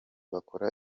bakora